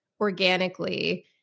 organically